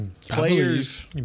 players